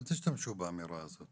אל תשתמשו באמירה הזאת.